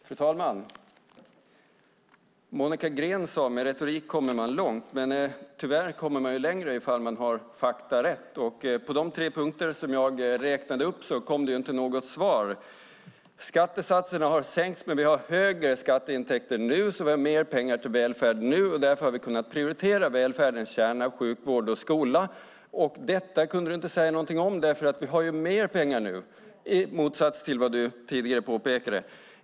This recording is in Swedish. Fru talman! Monica Green sade att med retorik kommer man långt. Men man kommer längre om man har fakta rätt. På de tre punkter som jag räknade upp kom det inte något svar. Skattesatserna har sänkts, men vi har högre skatteintäkter nu som ger mer pengar till välfärden. Därför har vi kunnat prioritera välfärdens kärna - sjukvård och skola. Detta kunde du, Monica, inte säga någonting om därför att vi har mer pengar nu i motsats till vad du tidigare påpekade.